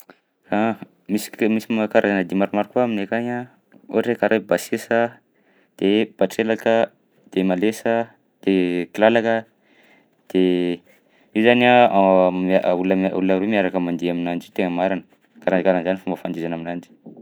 Ah misy k- misy ma- karazana dihy maromaro koa aminay akagny a, ohatra hoe karaha hoe basesa, de batrelaka, de malesa, de kilalaka. De io zany a am- olona na- olona roy miaraka mandihy aminanjy io tegna marigna, karakaraha an'zany fomba fandihizana aminanjy.